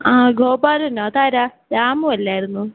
ആ ഗോപാലനോ അത് ആരാണ് രാമു അല്ലായിരുന്നോ